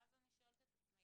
ואז אני שואלת את עצמי,